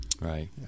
right